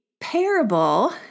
parable